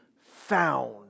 found